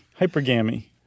Hypergamy